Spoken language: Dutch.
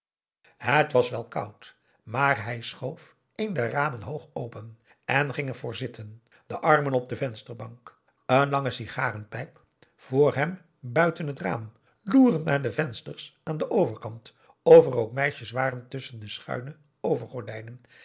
het was wel koud maar hij schoof een der ramen hoog open en ging ervoor zitten de armen op de vensterbank een lange sigarenpijp voor hem buiten het raam loerend naar de vensters aan den overkant of er ook meisjes waren tusschen de schuine overgordijnen